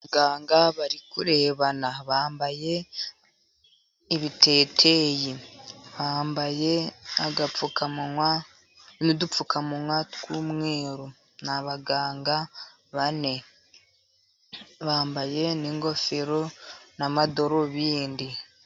Abaganga bari kurebana, bambaye ibiteteyi bambaye agapfukamunwa n'udupfukamunwa tw'umweru, ni abaganga bane bambaye n'ingofero n'amadarubindi.